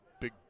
Big